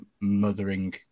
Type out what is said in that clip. mothering